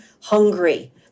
hungry